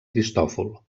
cristòfol